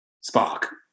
spark